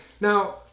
Now